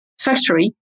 factory